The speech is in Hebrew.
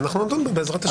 ואנחנו נדון בה בעזרת השם.